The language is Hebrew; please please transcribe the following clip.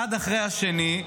אחד אחרי השני,